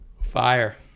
Fire